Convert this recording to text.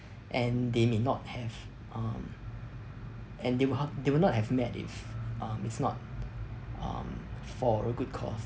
and they may not have um and they will ha~ they will not have met if um it's not um for a good cause